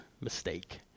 mistake